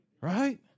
Right